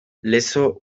lezo